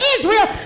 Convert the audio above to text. Israel